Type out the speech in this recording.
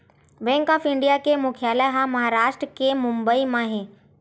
bank of India के मुख्यालय ह महारास्ट के बंबई म हे